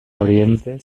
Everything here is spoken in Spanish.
oriente